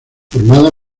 formada